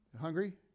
Hungry